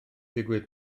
digwydd